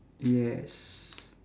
yes